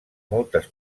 moltes